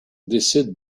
décide